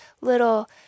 little